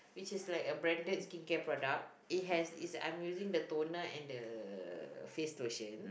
which is like a branded skincare product it has is I am using the toner and the face lotion